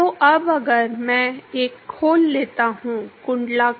तो अब अगर मैं एक खोल लेता हूँ कुंडलाकार